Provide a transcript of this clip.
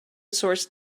source